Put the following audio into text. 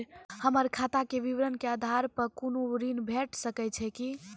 हमर खाता के विवरण के आधार प कुनू ऋण भेट सकै छै की?